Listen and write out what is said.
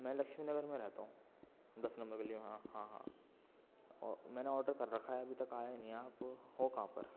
میں لکشمی نگر میں رہتا ہوں دس نمبر گلی میں ہاں ہاں ہاں میں نے آڈر کر رکھا ہے ابھی تک آئے نہیں آپ ہو کہاں پر